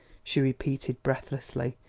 she repeated breathlessly,